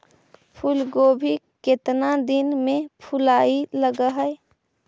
फुलगोभी केतना दिन में फुलाइ लग है?